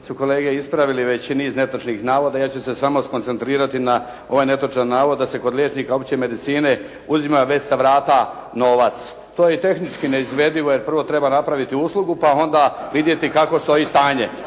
su kolege ispravili veći niz netočnih navoda. Ja ću se samo skoncentrirati na ovaj netočan navod da se kod liječnika opće medicine uzima već sa vrata novac. To je i tehnički neizvedivo, jer prvo treba napraviti uslugu, pa onda vidjeti kako stoji stanje.